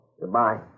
Goodbye